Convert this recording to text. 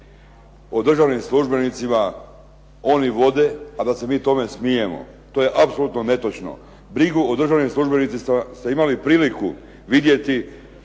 o državnim službenicima oni vode, a da se mi tome smijemo. To je apsolutno netočno. Brigu o državnim službenicima su imali priliku vidjeti